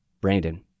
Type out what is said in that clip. Brandon